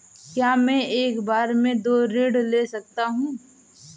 क्या मैं एक बार में दो ऋण ले सकता हूँ?